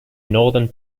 northern